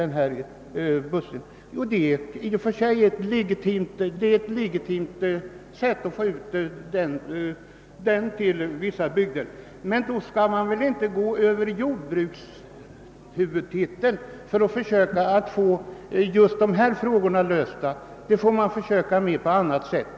Det är i och för sig ett legitimt sätt att utnyttja denna transportmöjlighet i vissa bygder, men då bör anslagen inte gå över jordbrukshuvudtiteln, utan sådana saker får man försöka ordna på annat sätt.